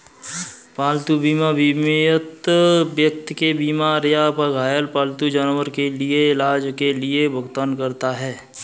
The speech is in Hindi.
पालतू बीमा बीमित व्यक्ति के बीमार या घायल पालतू जानवर के इलाज के लिए भुगतान करता है